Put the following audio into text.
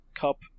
cup